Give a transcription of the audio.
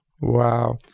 Wow